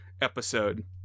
episode